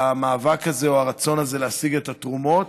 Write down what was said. והמאבק הזה, או הרצון הזה להשיג את התרומות,